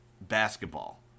basketball